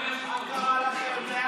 הוא לא מופיע, אדוני היושב-ראש.